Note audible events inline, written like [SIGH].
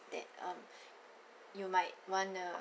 that um [BREATH] you might want to